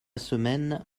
semaine